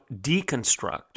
deconstruct